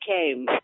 came